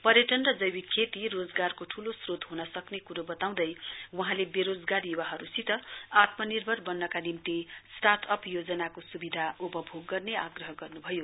पर्यटन र जैविक खेती रोजगारको ठूलो श्रोत हुन सक्ने कुरे वताउँदै वहाँले वेरोजगार युवाहरुसित आत्मनिर्भर वन्नका निम्ति स्टार्ट अप योजनाको सुविधा उपभोग गर्ने आग्रह गर्नुभयो